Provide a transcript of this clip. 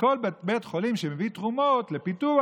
לתת לו תקציב השלמה.